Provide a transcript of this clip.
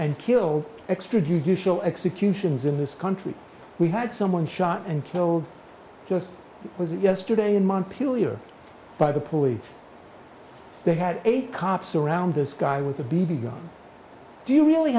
and killed extra judicial executions in this country we had someone shot and killed just because yesterday in montpelier by the police they had eight cops around this guy with a b b gun do you really